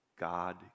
God